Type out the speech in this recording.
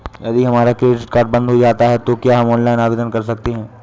यदि हमारा credit card बंद हो जाता है तो क्या हम ऑनलाइन आवेदन कर सकते हैं?